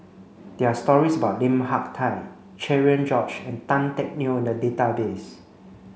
there are stories about Lim Hak Tai Cherian George and Tan Teck Neo in the database